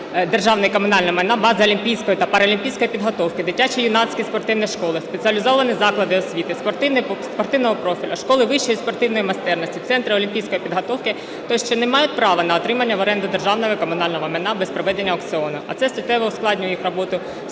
державне і комунальне майно бази олімпійської та паралімпійської підготовки, дитячі, юнацькі спортивні школи, спеціалізовані заклади освіти спортивного профілю, школи вищої спортивної майстерності, центри олімпійської підготовки, ті, що не мають права отримання в оренду державного і комунального майна без проведення аукціону, а це суттєво ускладнює їх роботу,